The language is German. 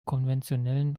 konventionellen